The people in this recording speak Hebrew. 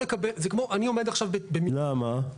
למה?